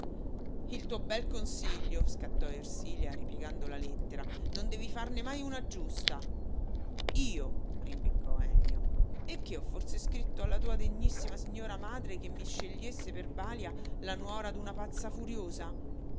il tuo bel consiglio scattò ersilia ripiegando la lettera non devi farne mai una giusta io rimbeccò ennio e che ho forse scritto alla tua degnissima signora madre che mi scegliesse per balia la nuora d'una pazza furiosa